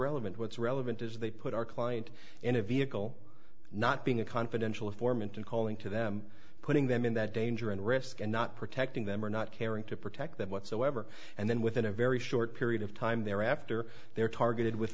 irrelevant what's relevant is they put our client in a vehicle not being a confidential informant and calling to them putting them in that danger and risk and not protecting them or not caring to protect them whatsoever and then within a very short period of time they're after they're targeted with